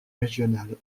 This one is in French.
régional